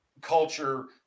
culture